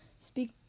speak